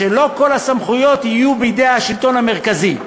שלא כל הסמכויות יהיו בידי השלטון המרכזי.